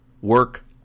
work